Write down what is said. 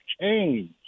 change